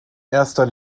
erster